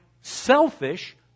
selfish